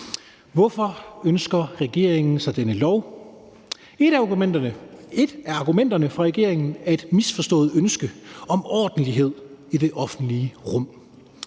Hvorfor ønsker regeringen sig denne lov? Et af argumenterne fra regeringen er et misforstået ønske om ordentlighed i det offentlige rum.